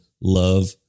love